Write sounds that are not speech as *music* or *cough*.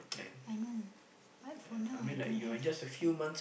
*noise* I know but for now I don't have plan